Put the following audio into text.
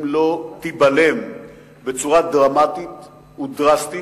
אם היא לא תיבלם בצורה דרמטית ודרסטית,